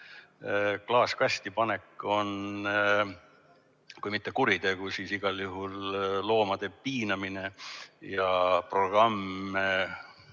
klaaskasti panek on kui mitte kuritegu, siis igal juhul loomapiinamine. Programm